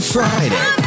Friday